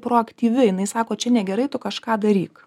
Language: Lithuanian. proaktyvi jinai sako čia negerai tu kažką daryk